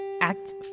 act